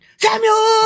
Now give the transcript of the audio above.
Samuel